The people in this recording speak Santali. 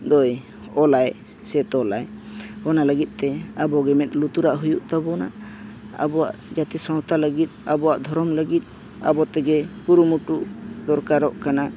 ᱫᱚᱭ ᱚᱞᱟᱭ ᱥᱮ ᱛᱚᱞᱟᱭ ᱚᱱᱟ ᱞᱟᱹᱜᱤᱫᱛᱮ ᱟᱵᱚ ᱜᱮ ᱢᱮᱫ ᱞᱩᱛᱩᱨᱟᱜ ᱦᱩᱭᱩᱜ ᱛᱟᱵᱚᱱᱟ ᱟᱵᱚᱣᱟᱜ ᱡᱟᱹᱛᱤ ᱥᱟᱶᱛᱟ ᱞᱟᱹᱜᱤᱫ ᱟᱵᱚᱣᱟᱜ ᱫᱷᱚᱨᱚᱢ ᱞᱟᱹᱜᱤᱫ ᱟᱵᱚ ᱛᱮᱜᱮ ᱠᱩᱨᱩᱢᱩᱴᱩ ᱫᱚᱨᱠᱟᱨᱚᱜ ᱠᱟᱱᱟ